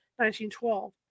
1912